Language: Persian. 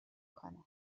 کنه